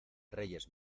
reyes